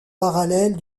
parallèle